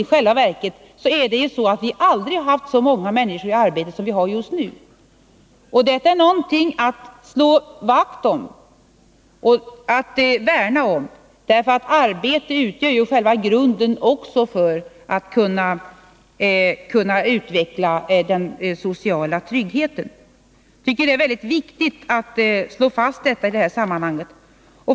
I själva verket har vi aldrig haft så många människor i arbete som vi har just nu. Detta är någonting att slå vakt om och värna. Arbetet utgör själva grunden för att vi skall kunna utveckla den sociala tryggheten. Jag tycker att det är mycket viktigt att slå fast detta i det här sammanhanget.